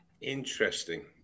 Interesting